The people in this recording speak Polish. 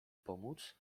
pomóc